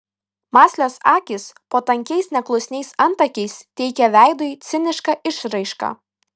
mąslios akys po tankiais neklusniais antakiais teikė veidui cinišką išraišką